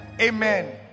amen